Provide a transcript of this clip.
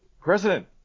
President